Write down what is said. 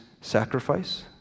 sacrifice